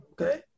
Okay